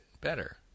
better